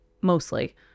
mostly